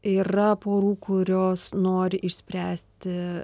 yra porų kurios nori išspręsti